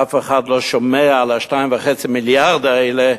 אף אחד לא שומע על 2.5 המיליארד האלה,